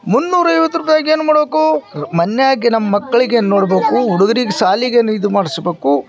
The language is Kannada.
ಮೂನ್ನೂರೈವತ್ತರದಾಗೆ ಏನು ಮಾಡಬೇಕು ಮನೆಯಾಗೆ ನಮ್ಮ ಮಕ್ಕಳಿಗೆ ನೋಡಬೇಕು ಹುಡುಗರಿಗೆ ಶಾಲೆಗೇನು ಇದು ಮಾಡಿಸ್ಬೇಕು